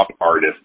artist